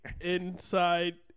inside